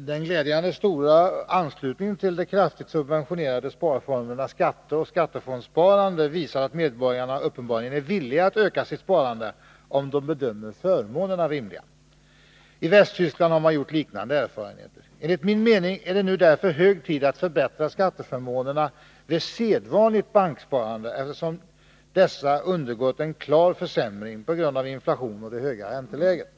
Den glädjande stora anslutningen till de kraftigt subventionerade sparformerna skatteresp. skattefondssparande visar att medborgarna uppenbarligen är villiga att öka sitt sparande, om de bedömer förmånerna rimliga. I Västtyskland har man gjort liknande erfarenheter. Enligt min mening är det därför nu hög tid att förbättra skatteförmånerna vid sedvanligt banksparande, eftersom dessa undergått en klar försämring på grund av inflationen och det höga ränteläget.